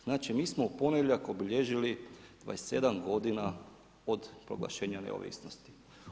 Znači mi smo u ponedjeljak obilježili 27 godina od proglašenja neovisnosti.